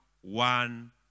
one